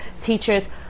teachers